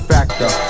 Factor